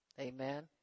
amen